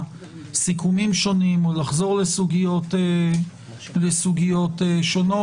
סיכומים שונים או לחזור לסוגיות שונות.